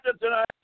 tonight